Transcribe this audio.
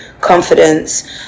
confidence